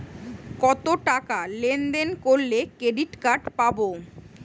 কতটাকা লেনদেন করলে ক্রেডিট কার্ড পাব?